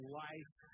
life